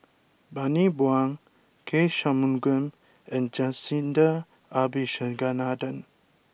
Bani Buang K Shanmugam and Jacintha Abisheganaden